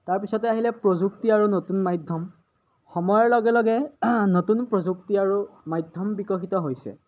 তাৰপিছতে আহিলে প্ৰযুক্তি আৰু নতুন মাধ্যম সময়ৰ লগে লগে নতুন প্ৰযুক্তি আৰু মাধ্যম বিকশিত হৈছে